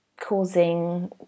causing